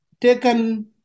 taken